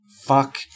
fuck